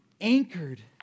anchored